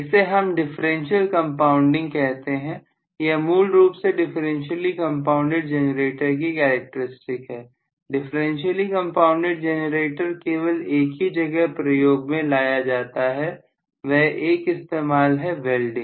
इसे हम differential compounding कहते हैं यह मूल रूप से डिफरेंशियली कंपाउंडेड जनरेटर की कैरेक्टरिस्टिक है डिफरेंशियली कंपाउंडेड जनरेटर केवल एक ही जगह प्रयोग में लाया जाता है वह एक इस्तेमाल है वेल्डिंग